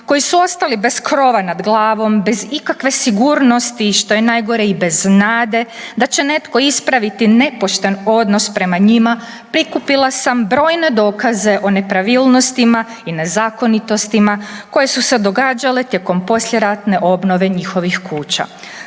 koji su ostali bez krova nad glavom, bez ikakve sigurnosti i što je najgore i bez nade da će netko ispraviti nepošten odnos prema njima prikupila sam brojne dokaze o nepravilnostima i nezakonitostima koje su se događale tijekom poslijeratne obnove njihovih kuća.